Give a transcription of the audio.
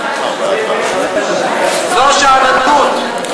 זו שאננות.